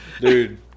Dude